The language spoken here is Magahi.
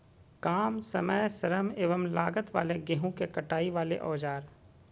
काम समय श्रम एवं लागत वाले गेहूं के कटाई वाले औजार?